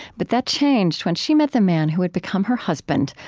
but that changed when she met the man who would become her husband,